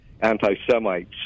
anti-Semites